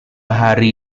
hari